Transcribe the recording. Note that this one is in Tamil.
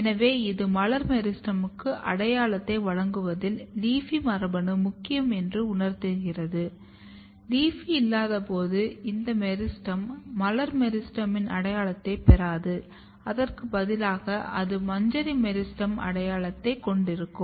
எனவே இது மலர் மெரிஸ்டெமுக்கு அடையாளத்தை வழங்குவதில் LEAFY மரபணு முக்கியம் என்று உணர்த்துகிறது LEAFY இல்லாதபோது இந்த மெரிஸ்டெம் மலர் மெரிஸ்டெமின் அடையாளத்தைப் பெறாது அதற்கு பதிலாக அது மஞ்சரி மெரிஸ்டெம் அடையாளத்தைக் கொண்டிருக்கும்